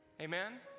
amen